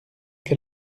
que